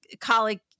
colleague